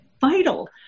vital